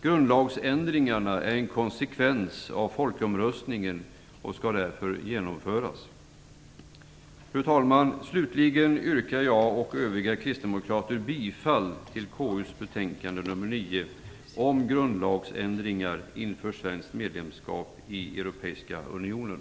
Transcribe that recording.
Grundlagsändringarna är en konsekvens av folkomröstningen och skall därför genomföras. Fru talman! Slutligen yrkar jag och övriga kristdemokrater bifall till KU:s hemställan i betänkande 9 om grundlagsändringar inför svenskt medlemskap i Europeiska unionen.